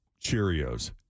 Cheerios